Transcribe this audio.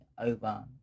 over